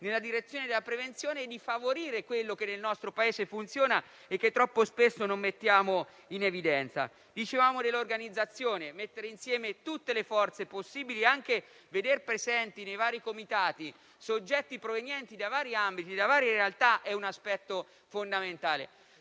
nella direzione della prevenzione e di favorire quello che nel nostro Paese funziona e che troppo spesso non mettiamo in evidenza. Dicevamo dell'organizzazione: mettere insieme tutte le forze possibili e anche veder presenti nei vari comitati soggetti provenienti da vari ambiti e da varie realtà è un aspetto fondamentale.